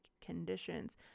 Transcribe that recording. conditions